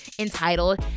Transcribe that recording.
entitled